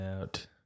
out